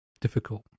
difficult